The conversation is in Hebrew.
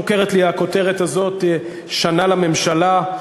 מוכרת לי הכותרת הזאת: שנה לממשלה,